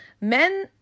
men